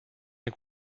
ein